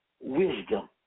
wisdom